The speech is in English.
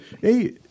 Hey